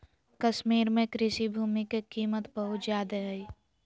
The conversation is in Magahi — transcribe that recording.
कश्मीर में कृषि भूमि के कीमत बहुत ज्यादा हइ